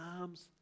arms